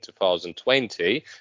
2020